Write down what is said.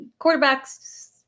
quarterbacks